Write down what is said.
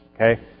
okay